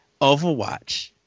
overwatch